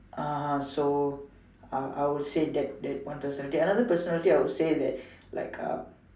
ah so I I would say that that one personality another personality I would say that like uh